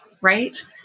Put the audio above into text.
Right